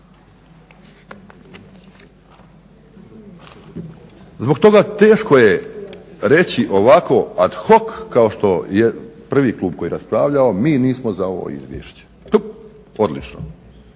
Zbog toga teško je reći ovako ad hoc kao što je prvi klub koji je raspravljao, mi nismo za ovo izvješće. Tup, odlično.